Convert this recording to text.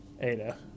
Ada